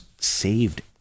saved